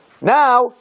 Now